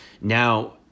Now